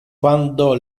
quando